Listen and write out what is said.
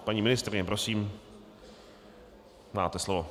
Paní ministryně, prosím, máte slovo.